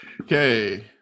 okay